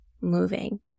moving